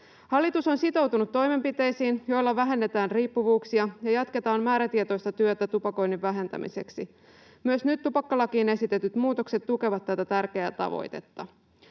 Hallitus on sitoutunut toimenpiteisiin, joilla vähennetään riippuvuuksia ja jatketaan määrätietoista työtä tupakoinnin vähentämiseksi. Myös nyt tupakkalakiin esitetyt muutokset tukevat tätä tärkeää tavoitetta.